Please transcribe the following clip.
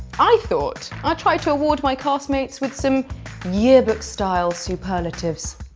i thought i'd try to award my castmates with some yearbook-style superlatives.